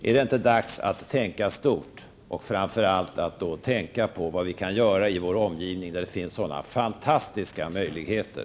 Är det inte dags att tänka stort och framför allt att tänka på vad vi kan göra i vår omgivning, där det finns sådana fantastiska möjligheter?